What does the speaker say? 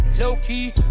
low-key